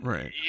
Right